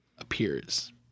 appears